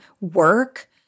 work